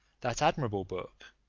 that admirable book,